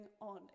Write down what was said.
on